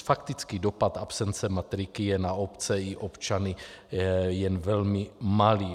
Faktický dopad absence matriky je na obce i občany jen velmi malý.